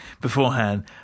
beforehand